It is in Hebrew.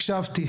הקשבתי,